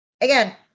again